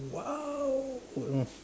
!wow!